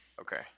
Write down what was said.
okay